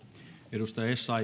arvoisa